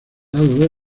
lado